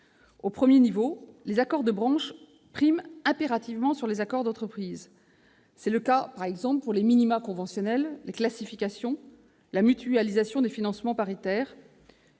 Au premier niveau, les accords de branche priment impérativement sur les accords d'entreprise. C'est le cas pour les minima conventionnels, les classifications, la mutualisation des financements paritaires